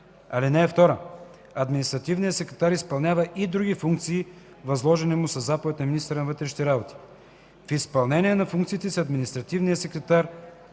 синдикати. (2) Административният секретар изпълнява и други функции, възложени му със заповед на министъра на вътрешните работи. (3) В изпълнение на функциите си административният секретар